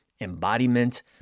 embodiment